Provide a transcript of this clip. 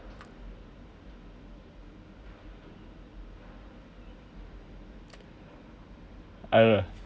I don't know